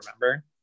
remember